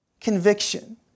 Conviction